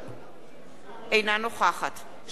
אינה נוכחת שלום שמחון,